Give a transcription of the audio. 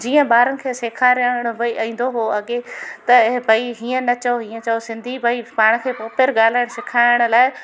जीअं ॿारनि खे सेखारणु भई ईंदो हुओ भई अॻे त भई हीअं न चयो हीअं न चयो सिंधी भई पाण खे पोपर ॻाल्हाइणु सेखारण लाइ